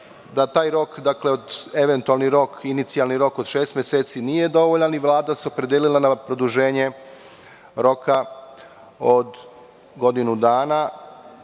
da taj rok, dakle, eventualni rok, inicijalni rok od 6 meseci nije dovoljan i Vlada se opredelila na produženje roka od godinu dana,